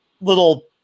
little